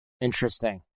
Interesting